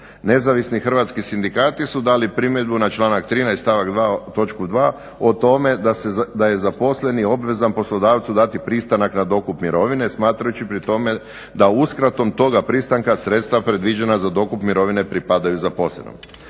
Nezavisni hrvatski sindikati su dali primjedbu na članak 13. stavak 2. točku 2. o tome da je zaposleni obvezan poslodavcu dati pristanak na dokup mirovine smatrajući pri tome da uskratom toga pristanka sredstva predviđena za dokup mirovine pripadaju zaposlenom.